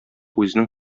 үзенең